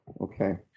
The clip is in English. Okay